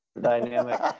dynamic